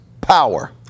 power